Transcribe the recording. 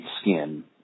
skin